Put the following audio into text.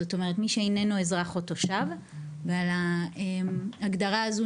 זאת אומרת מי שאיננו אזרח או תושב ועל ההגדרה הזו